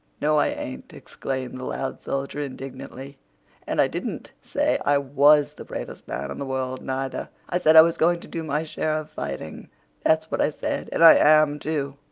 no, i ain't, exclaimed the loud soldier indignantly and i didn't say i was the bravest man in the world, neither. i said i was going to do my share of fighting that's what i said. and i am, too.